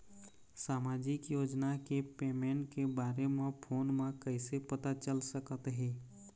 सामाजिक योजना के पेमेंट के बारे म फ़ोन म कइसे पता चल सकत हे?